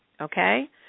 okay